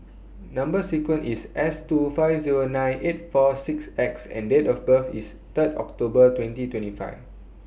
Number sequence IS S two five Zero nine eight four six X and Date of birth IS Third October twenty twenty five